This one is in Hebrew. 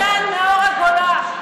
הרב סדן, מאור הגולה.